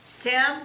Tim